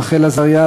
רחל עזריה,